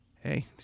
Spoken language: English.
Hey